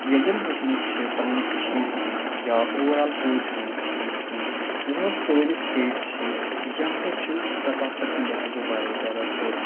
ییٚلہِ زَن أسۍ وٕچھان چھِ پنٛنہِ کٔشیٖرِ کُن یا اوٚوَرآل پوٗرٕ جموں اینڈ کشمیٖرَس کُن یُس ہَسا سٲنۍ یہِ سِٹیٹ چھِ یِہ ہسا چھُ سقافَت کہ لِہاظ واریاہ زیادٕ ہیوٚر